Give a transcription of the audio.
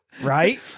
Right